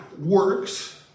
Works